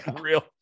real